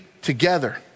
together